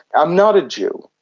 i'm not a jew.